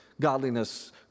godliness